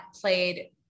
played